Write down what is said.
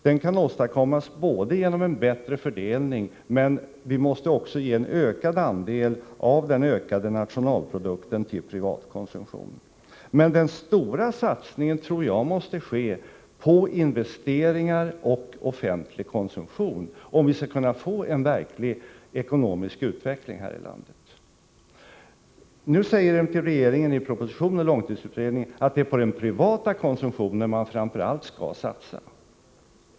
Den kan åstadkommas genom en bättre fördelning och också genom att ge en ökad andel av den ökade nationalprodukten till privat konsumtion. Men den stora satsningen tror jag måste ske på investeringar och offentlig konsumtion, om vi skall kunna få en verklig ekonomisk utveckling här i landet. Nu säger emellertid regeringen i propositionen att det är på den privata konsumtionen man framför allt skall satsa.